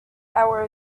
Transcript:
hour